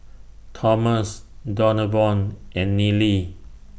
Thomas Donavon and Neely